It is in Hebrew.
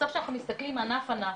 בסוף כשאנחנו מסתכלים ענף ענף,